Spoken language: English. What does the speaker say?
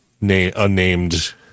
unnamed